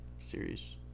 series